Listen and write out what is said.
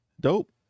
Dope